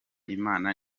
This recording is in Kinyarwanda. imana